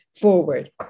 forward